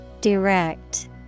DIRECT